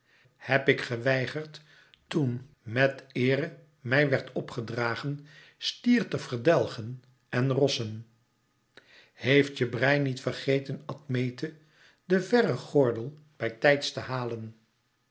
heb ik geweigerd toen met eere mij werd op gedragen stier te verdelgen en rossen heeft je brein niet vergeten admete den verren gordel bij tijds te halen